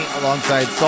alongside